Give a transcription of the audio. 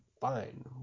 fine